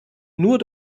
nur